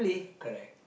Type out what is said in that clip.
correct